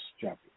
chapter